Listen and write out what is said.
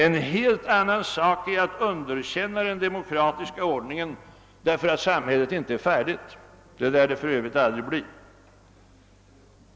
En helt annan sak är att underkänna den demokratiska ordningen därför att samhället inte är färdigt — det lär det för övrigt aldrig bli.